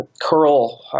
curl